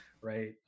right